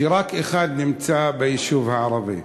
ורק אחד מהם נמצא ביישוב ערבי.